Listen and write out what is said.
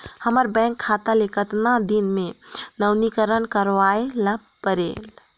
हमर बैंक खाता ले कतना दिन मे नवीनीकरण करवाय ला परेल?